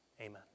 Amen